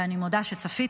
ואני מודה שצפיתי,